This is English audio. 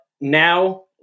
now